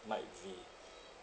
might be